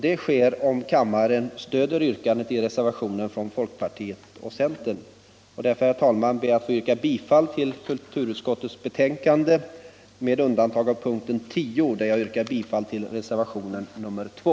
Det sker om kammaren stöder yrkandet i reservationen 2 från folkpartiet och centern. Herr talman! Jag ber att få yrka bifall till kulturutskottets hemställan med undantag för punkten 10, där jag yrkar bifall till reservationen 2.